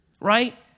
right